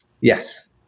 Yes